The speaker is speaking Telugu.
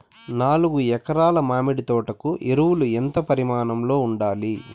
నాలుగు ఎకరా ల మామిడి తోట కు ఎరువులు ఎంత పరిమాణం లో ఉండాలి?